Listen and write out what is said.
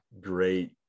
great